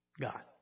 God